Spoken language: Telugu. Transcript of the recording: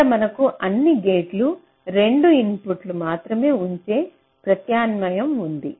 ఇక్కడ మనకు అన్ని గేట్లు 2 ఇన్పుట్లు మాత్రమే ఉంచే ప్రత్యామ్నాయం ఉంది